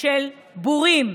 של בורים.